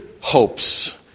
hopes